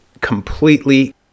completely